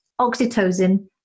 Oxytocin